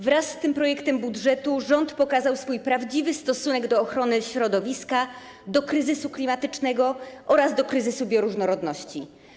Wraz z tym projektem budżetu rząd pokazał swój prawdziwy stosunek do ochrony środowiska, do kryzysu klimatycznego oraz do kryzysu bioróżnorodności.